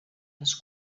les